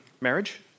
marriage